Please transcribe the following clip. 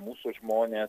mūsų žmonės